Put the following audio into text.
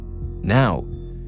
Now